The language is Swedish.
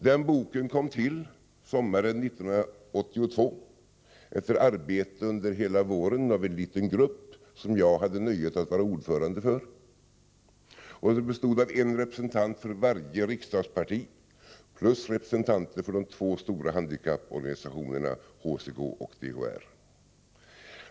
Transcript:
Den boken tillkom sommaren 1982 efter arbete under hela våren av en liten grupp, som jag hade nöjet att vara ordförande för och som bestod av en representant för varje riksdagsparti plus representanter för de två stora handikapporganisationerna HCK och DHR.